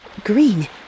Green